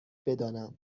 بدانم